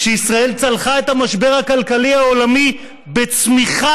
שישראל צלחה את המשבר הכלכלי העולמי בצמיחה,